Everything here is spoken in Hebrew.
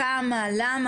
כמה ולמה.